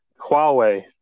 Huawei